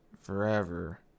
forever